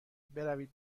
بروید